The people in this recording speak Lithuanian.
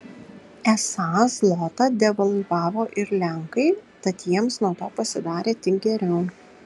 esą zlotą devalvavo ir lenkai tad jiems nuo to pasidarė tik geriau